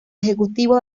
ejecutivo